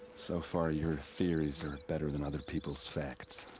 so far your theories are better than other people's facts.